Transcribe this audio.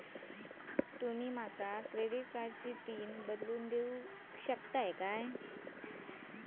तुमी माका क्रेडिट कार्डची पिन बदलून देऊक शकता काय?